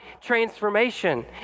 transformation